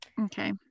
Okay